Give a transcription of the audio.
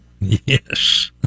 Yes